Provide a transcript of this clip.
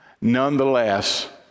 Nonetheless